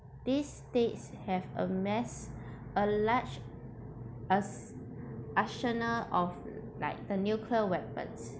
these states have amassed a large ars~ arsenal of like the nuclear weapons